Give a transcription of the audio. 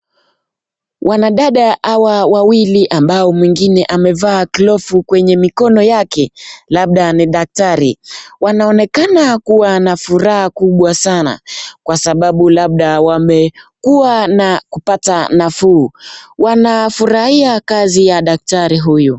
Wanadada hawa wawili ambao mwingine amevaa glovu kwenye mikono yake, labda ni daktari. Wanaonekana kuwa na furaha kubwa sana kwa sababu labda wamekuwa na kupata nafuu. Wanafurahia kazi ya daktari huyu.